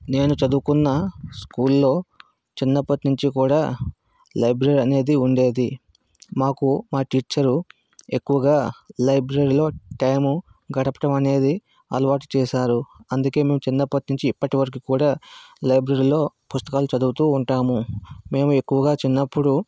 నేను చదువుకున్న స్కూల్లో చిన్నప్పటి నుంచి కూడా లైబ్రరీ అనేది ఉండేది మాకు మా టీచరు ఎక్కువగా లైబ్రరీలో టైము గడపడం అనేది అలవాటు చేశారు అందుకే మేము చిన్నప్పటి నుంచి ఇప్పటివరకు కూడా లైబ్రరీలో పుస్తకాలు చదువుతూ ఉంటాము మేము ఎక్కువగా చిన్నప్పుడు